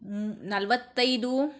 ನಲವತ್ತೈದು